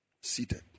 seated